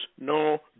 no